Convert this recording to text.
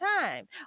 time